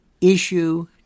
issue